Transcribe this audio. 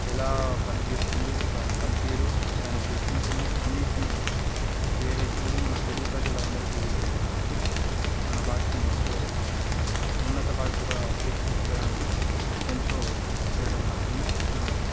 ఎలా పనిచేస్తుంది దాని పనితీరు దాని గుర్తింపుని అన్నిటిని వేరే తెలుగు మన తెలుగు ప్రజలందరికీ చెప్తూ మన భాషని ఎంతో ఉన్నత భాషగా తీర్చిదిద్దడానికి ఎంతో కృషి చెయ్యడం మాత్రమే నా